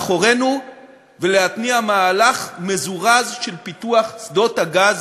מאחורינו ולהתניע מהלך מזורז של פיתוח שדות הגז